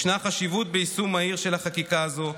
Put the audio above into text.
ישנה חשיבות ביישום מהיר של החקיקה הזו,